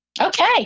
Okay